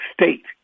State